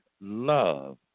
love